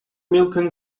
milton